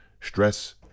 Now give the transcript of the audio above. stress